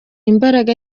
imbaraga